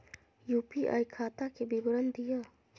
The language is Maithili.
यू.पी.आई खाता के विवरण दिअ?